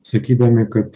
sakydami kad